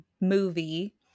movie